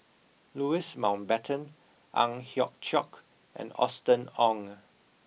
Louis Mountbatten Ang Hiong Chiok and Austen Ong